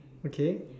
okay